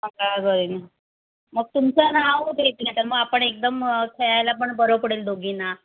मग तुमचं नाव देते नाहीतर मग आपण एकदम खेळायला पण बरं पडेल दोघींना